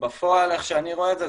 בפועל איך שאני רואה את זה,